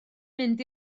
mynd